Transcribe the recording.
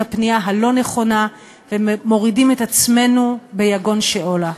הפנייה הלא-נכונה ומורידים את עצמנו ביגון שאולה.